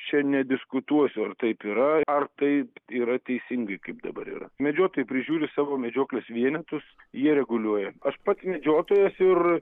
čia nediskutuosiu ar taip yra ar taip yra teisingai kaip dabar yra medžiotojai prižiūri savo medžioklės vienetus jie reguliuoja aš pats medžiotojas ir